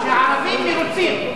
שהערבים מרוצים.